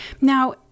Now